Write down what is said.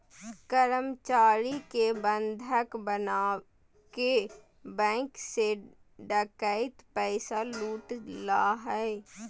कर्मचारी के बंधक बनाके बैंक से डकैत पैसा लूट ला हइ